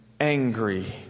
angry